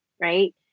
right